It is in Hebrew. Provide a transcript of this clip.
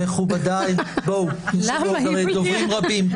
מכובדיי, יש לנו עוד דוברים רבים.